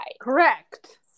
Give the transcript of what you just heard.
Correct